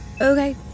Okay